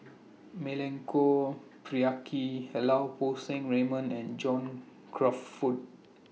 Milenko Prvacki Lau Poo Seng Raymond and John Crawfurd